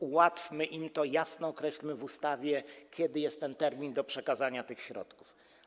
Ułatwmy im to, jasno określmy w ustawie, kiedy jest termin do przekazania tych środków.